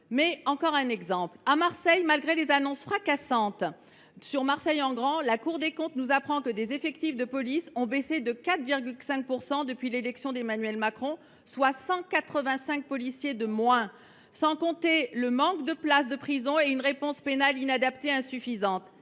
dans les outre mer. À Marseille, malgré les annonces fracassantes liées au plan « Marseille en grand », la Cour des comptes nous apprend que les effectifs de police ont baissé de 4,5 % depuis l’élection d’Emmanuel Macron, soit 185 policiers de moins. Encore faut il y ajouter un manque de places de prison et une réponse pénale inadaptée et insuffisante.